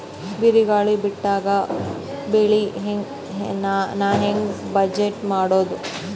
ಬಿರುಗಾಳಿ ಬಿಟ್ಟಾಗ ಬೆಳಿ ನಾ ಹೆಂಗ ಬಚಾವ್ ಮಾಡೊದು?